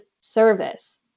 service